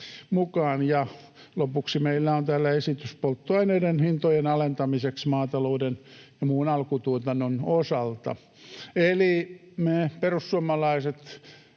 lopuksi meillä on täällä esitys polttoaineiden hintojen alentamiseksi maatalouden ja muun alkutuotannon osalta. Eli me perussuomalaiset